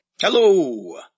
Hello